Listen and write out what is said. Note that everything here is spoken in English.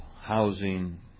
housing